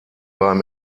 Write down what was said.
beim